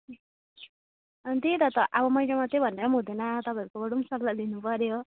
अनि त्यही त त अब मैले मात्रै भनेर पनि हुँदैन तपाईँहरूकोबाट पनि सल्लाह दिनुपर्यो